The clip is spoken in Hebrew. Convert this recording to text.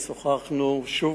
ושוחחנו שוב,